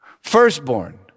Firstborn